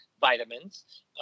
vitamins